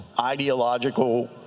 ideological